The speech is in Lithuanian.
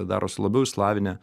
darosi labiau išsilavinę